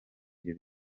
ibyo